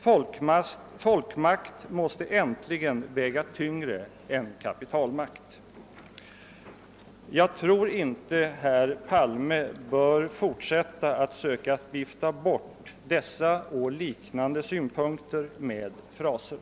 Folkmakt måste äntligen väga tyngre än kapitalmakt. Jag tror inte att herr Palme bör fortsätta att söka vifta bort dessa och liknande synpunkter med fraser.